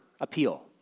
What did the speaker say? appeal